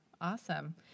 Awesome